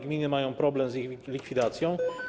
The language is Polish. Gminy mają problem z ich likwidacją.